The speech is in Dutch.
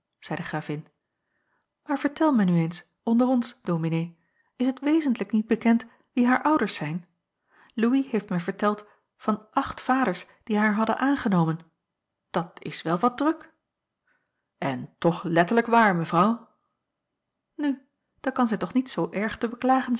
de gravin maar vertel mij nu eens onder ons dominee is het wezentlijk niet bekend wie haar ouders zijn louis heeft mij verteld van acht vaders die haar hadden aangenomen dat is wel wat druk en toch letterlijk waar mevrouw nu dan kan zij toch niet zoo erg te beklagen